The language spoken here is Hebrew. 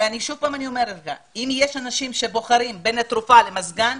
ושוב אם יש אנשים שבוחרים בין תרופה למזגן,